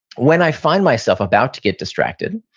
when i find myself about to get distracted,